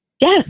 yes